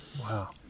Wow